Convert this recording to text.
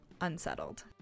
Unsettled